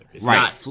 Right